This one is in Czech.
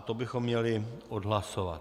To bychom měli odhlasovat.